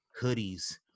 hoodies